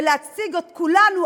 ולהציג את כולנו